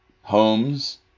homes